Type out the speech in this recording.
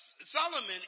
Solomon